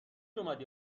اومدی